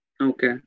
Okay